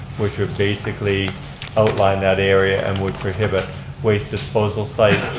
which would basically outline that area and would prohibit waste disposal sites,